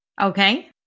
Okay